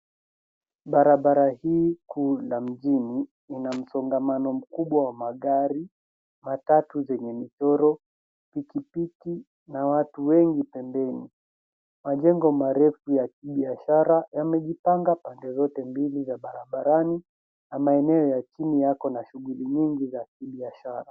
Barabara hii kuu ya mjini ina msongamano mkubwa wa magari, matatu zenye michoro, pikipiki na watu wengi pembeni. Majengo marefu ya kibiashara yamejipangwa pande zote mbili barabarani na maeneo ya chini yako na shughuli nyingi za kibiashara.